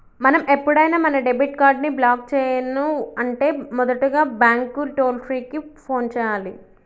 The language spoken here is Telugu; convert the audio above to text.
మనం ఎప్పుడైనా మన డెబిట్ కార్డ్ ని బ్లాక్ చేయను అంటే మొదటగా బ్యాంకు టోల్ ఫ్రీ కు ఫోన్ చేయాలి